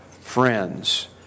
Friends